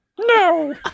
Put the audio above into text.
No